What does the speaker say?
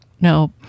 no